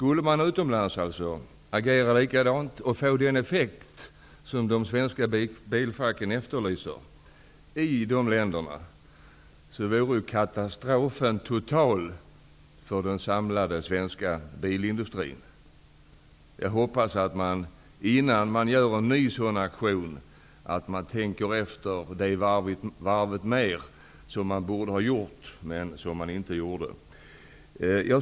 Om man utomlands alltså agerade likadant och därmed uppnådde den effekt där som de svenska bilfacken efterlyser, vore katastrofen total för den samlade svenska bilindustrin. Jag hoppas att man, innan man gör en ny aktion av det här slaget, tänker efter ytterligare ett varv. Det borde man ha gjort, men det har man alltså inte.